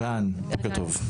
אהלן בוקר טוב.